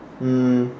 mm